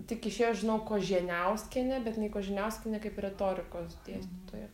tik išėjo žinau koženiauskienė bet jinai koženiauskienė kaip retorikos dėstytoja